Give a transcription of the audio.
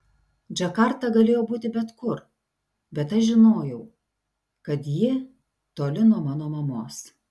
džakarta galėjo būti bet kur bet aš žinojau kad ji toli nuo mano mamos